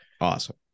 awesome